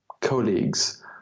colleagues